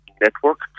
network